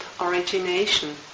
origination